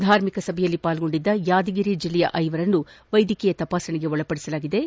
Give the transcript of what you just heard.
ಧಾರ್ಮಿಕ ಸಭೆಯಲ್ಲಿ ಪಾಲ್ಗೊಂಡಿದ್ದ ಯಾದಗಿರಿ ಜಿಲ್ಲೆಯ ಐವರನ್ನು ವೈದ್ಯಕೀಯ ತಪಾಸಣೆಗೊಳಪಡಿಸಲಾಗಿದ್ದು